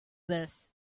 this